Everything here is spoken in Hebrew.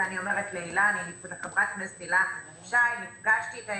ואני אומרת לחברת הכנסת הילה שי נפגשתי איתה,